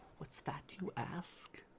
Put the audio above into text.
what's that you ask?